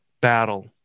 battle